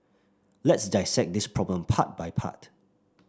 let's dissect this problem part by part